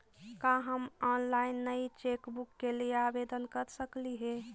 का हम ऑनलाइन नई चेकबुक के लिए आवेदन कर सकली हे